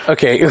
Okay